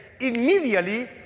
immediately